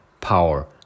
power